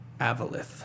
Avalith